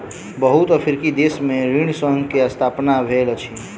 बहुत अफ्रीकी देश में ऋण संघ के स्थापना भेल अछि